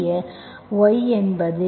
சிறிய y என்பது yYk